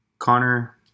Connor